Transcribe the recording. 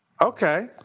Okay